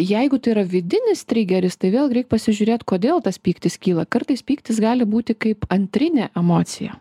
jeigu tai yra vidinis trigeris tai vėlgi reik pasižiūrėt kodėl tas pyktis kyla kartais pyktis gali būti kaip antrinė emocija